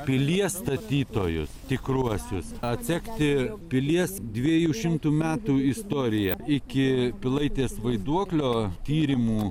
pilies statytojus tikruosius atsekti pilies dviejų šimtų metų istoriją iki pilaitės vaiduoklio tyrimų